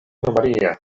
maria